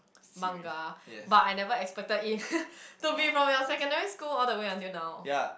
manga but I never expected it to be from your secondary school all the way until now